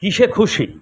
কিসে খুশি